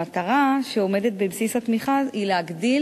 המטרה שעומדת בבסיס התמיכה היא להגדיל